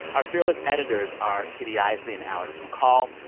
our fearless editors are kitty eisele and alex mccall.